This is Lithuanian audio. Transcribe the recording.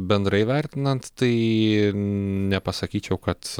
bendrai vertinant tai nepasakyčiau kad